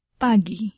pagi